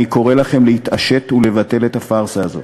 אני קורא לכם להתעשת ולבטל את הפארסה הזאת.